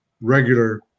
regular